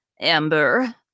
Amber